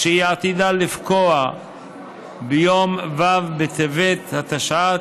שהיא עתידה לפקוע ביום ו' בטבת התשע"ט,